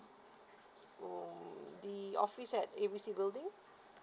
um the office at A B C building